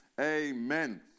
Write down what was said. Amen